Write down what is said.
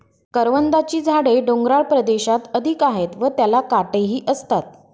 करवंदाची झाडे डोंगराळ प्रदेशात अधिक आहेत व त्याला काटेही असतात